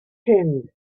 king